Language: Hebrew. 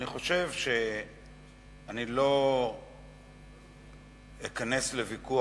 אני חושב שאני לא אכנס לוויכוח,